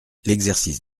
l’exercice